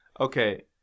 Okay